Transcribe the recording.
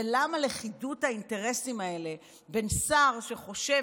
ולמה לכידות האינטרסים הזאת בין שר שחושב